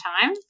time